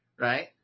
right